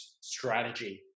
strategy